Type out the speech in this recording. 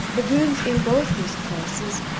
baboons in both these places,